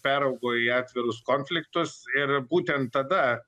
peraugo į atvirus konfliktus ir būtent tada